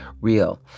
real